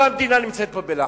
כל המדינה נמצאת פה בלחץ,